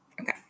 okay